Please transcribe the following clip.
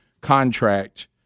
contract